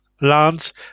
lands